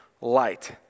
light